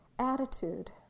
Attitude